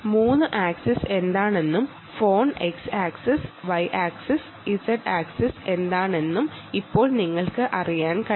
3 axis എന്താണെന്നും ഫോണിന്റെ x axis y axis z axis എന്താണെന്നും ഇപ്പോൾ നിങ്ങൾക്ക് അറിയാൻ കഴിയും